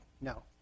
No